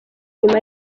nyuma